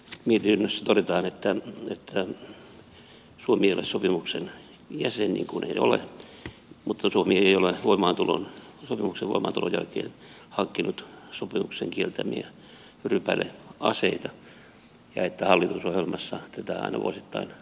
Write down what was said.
mietinnössä todetaan että suomi ei ole sopimuksen jäsen niin kuin ei ole mutta suomi ei ole sopimuksen voimaantulon jälkeen hankkinut sopimuksen kieltämiä rypäleaseita ja että hallitusohjelmassa tätä aina vuosittain tarkastellaan